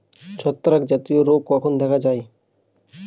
ছত্রাক জনিত রোগ কখন দেখা য়ায়?